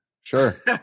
Sure